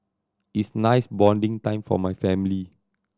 is nice bonding time for my family